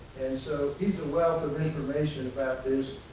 and so he's a wealth of information about this.